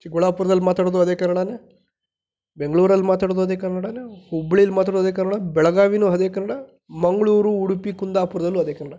ಚಿಕ್ಕಬಳ್ಳಾಪುರದಲ್ಲಿ ಮಾತಾಡೋದು ಅದೆ ಕನ್ನಡವೇ ಬೆಂಗಳೂರಲ್ಲಿ ಮಾತಾಡೋದು ಅದೇ ಕನ್ನಡವೇ ಹುಬ್ಳೀಲಿ ಮಾತಾಡೋದು ಅದೆ ಕನ್ನಡ ಬೆಳಗಾವಿಯೂ ಅದೇ ಕನ್ನಡ ಮಂಗಳೂರು ಉಡುಪಿ ಕುಂದಾಪುರದಲ್ಲೂ ಅದೇ ಕನ್ನಡ